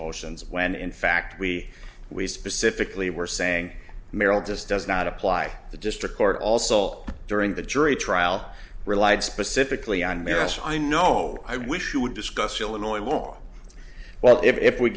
motions when in fact we we specifically were saying merrill just does not apply the district court also all during the jury trial relied specifically on yes i know i wish you would discuss illinois law well if we